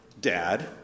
Dad